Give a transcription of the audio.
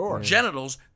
genitals